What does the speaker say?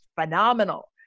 phenomenal